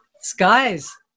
skies